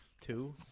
Two